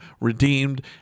redeemed